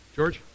George